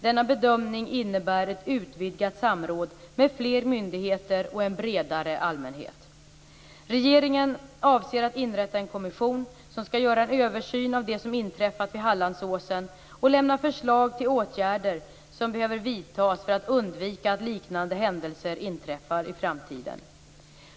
Denna bedömning innebär ett utvidgat samråd med fler myndigheter och en bredare allmänhet. Regeringen avser att inrätta en kommission som skall göra en översyn av det som inträffat vid Hallandsåsen och lämna förslag till åtgärder som behöver vidtas för att undvika att liknande händelser inträffar i framtiden.